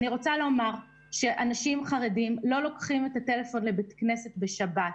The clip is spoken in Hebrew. אני רוצה לומר שאנשים חרדים לא לוקחים את הטלפון לבית הכנסת בשבת,